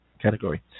category